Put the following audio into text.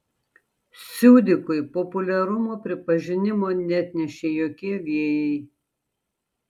siudikui populiarumo pripažinimo neatnešė jokie vėjai